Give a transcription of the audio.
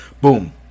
boom